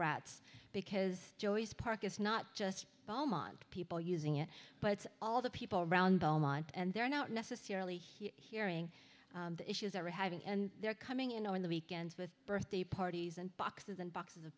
rats because joey's park is not just belmont people using it but it's all the people around belmont and they're not necessarily he hearing the issues that we're having and they're coming in on the weekends with birthday parties and boxes and boxes of